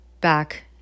back